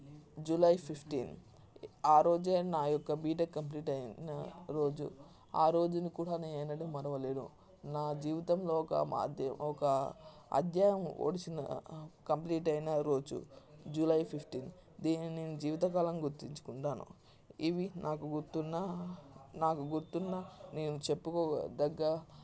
July fifteen ఆ రోజు నా యొక్క బీటెక్ కంప్లీట్ అయిన రోజు ఆ రోజున కూడా నేను మరువలేను నా జీవితంలో ఒక అధ్యా ఒక అధ్యాయము ఒడిసిన కంప్లీట్ అయిన రోజు జూలై ఫిఫ్టీన్ దీనిని నేను జీవితకాలం గుర్తుంచుకుంటాను ఇవి నాకు గుర్తున్న నాకు గుర్తున్న నేను చెప్పుకో దగ్గ